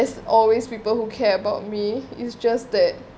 there's always people who care about me it's just that